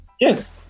Yes